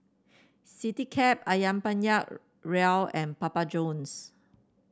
Citycab ayam Penyet Ria and Papa Johns